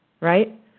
right